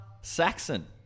Saxon